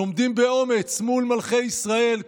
שעומדים באומץ מול מלכי ישראל,